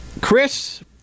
Chris